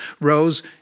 rose